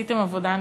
עשיתם עבודה נפלאה.